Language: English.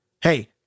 Hey